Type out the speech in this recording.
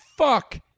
fuck